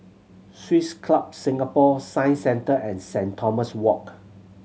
Swiss Club Singapore Science Centre and Saint Thomas Walk